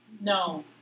No